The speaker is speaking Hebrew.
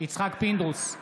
יצחק פינדרוס,